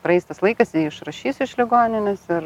praeis tas laikas jį išrašys iš ligoninės ir